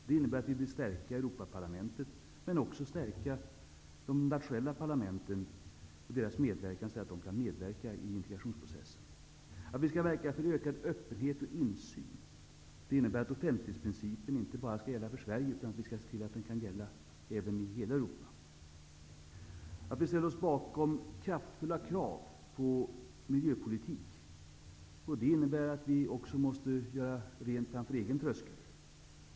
Det innebär att vi vill stärka Europaparlamentet, men även de nationella parlamenten och deras medverkan i integrationsprocessen. Att vi skall verka för ökad öppenhet och insyn innebär att offentlighetsprincipen inte bara skall gälla för Sverige. Vi skall se till att den även kan gälla i övriga Europa. Vi ställer oss bakom kraftfulla krav på miljöpolitik. Det innebär att vi också måste göra rent framför egen tröskel.